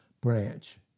branch